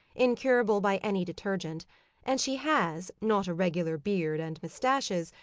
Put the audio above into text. incurable by any detergent and she has, not a regular beard and moustaches,